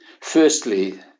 Firstly